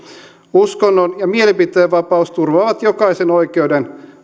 uskonnon ja mielipiteenvapaus turvaavat jokaisen oikeuden